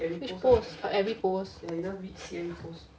which post oh every post